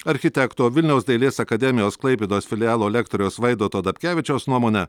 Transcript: architekto vilniaus dailės akademijos klaipėdos filialo lektoriaus vaidoto dapkevičiaus nuomone